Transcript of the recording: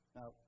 Now